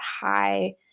high